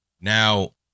Now